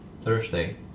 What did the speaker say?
Thursday